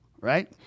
right